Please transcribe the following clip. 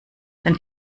dann